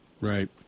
Right